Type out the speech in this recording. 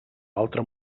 altre